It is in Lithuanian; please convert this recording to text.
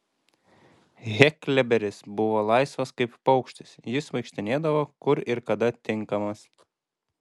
heklberis buvo laisvas kaip paukštis jis vaikštinėdavo kur ir kada tinkamas